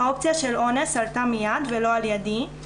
האופציה של אונס עלתה מיד ולא על ידי,